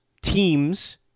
teams